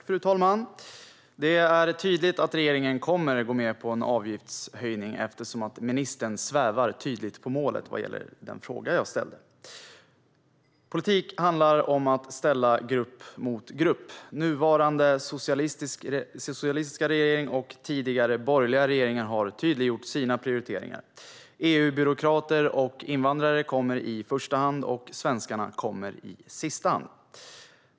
Fru talman! Det är tydligt att regeringen kommer att gå med på en avgiftshöjning, eftersom ministern tydligt svävar på målet vad gäller den fråga jag ställde. Politik handlar om att ställa grupp mot grupp. Nuvarande socialistiska regering och tidigare borgerliga regeringar har tydliggjort sina prioriteringar. EU-byråkrater och invandrare kommer i första hand och svenskarna i sista hand.